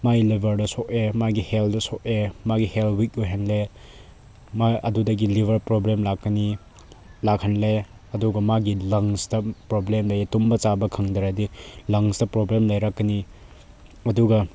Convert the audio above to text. ꯃꯥꯒꯤ ꯂꯤꯕꯔꯗ ꯁꯣꯛꯑꯦ ꯃꯥꯒꯤ ꯍꯦꯜꯊꯗ ꯃꯥꯒꯤ ꯍꯦꯜꯊ ꯋꯤꯛ ꯑꯣꯏꯍꯜꯂꯦ ꯃꯥ ꯑꯗꯨꯗꯒꯤ ꯂꯤꯕꯔ ꯄ꯭ꯔꯣꯕ꯭ꯂꯦꯝ ꯂꯥꯛꯀꯅꯤ ꯂꯥꯛꯍꯜꯂꯦ ꯑꯗꯨꯒ ꯃꯥꯒꯤ ꯂꯪꯁꯇ ꯄ꯭ꯔꯣꯕ꯭ꯂꯦꯝ ꯂꯩ ꯇꯨꯝꯕ ꯆꯥꯕ ꯈꯪꯗ꯭ꯔꯗꯤ ꯂꯪꯁꯇ ꯄ꯭ꯔꯣꯕ꯭ꯂꯦꯝ ꯂꯩꯔꯛꯀꯅꯤ ꯑꯗꯨꯒ